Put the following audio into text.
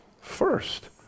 first